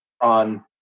on